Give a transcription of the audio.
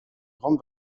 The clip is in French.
grande